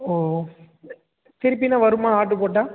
ஓ திருப்பில்லாம் வருமா ஆட்ரு போட்டால்